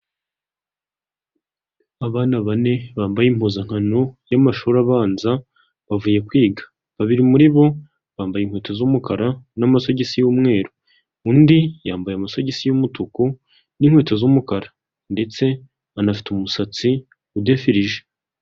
Abana bane bambaye impuzankano y'amashuri abanza, bavuye kwiga. Babiri muri bo bambaye inkweto z'umukara n'amasogisi y'umweru. Undi yambaye amasogisi y'umutuku, n'inkweto z'umukara ndetse banafite umusatsi udefirije.